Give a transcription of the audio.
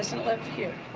doesn't live here.